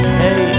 hey